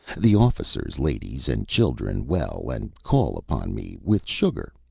the officers' ladies and children well, and called upon me with sugar.